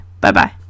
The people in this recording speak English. Bye-bye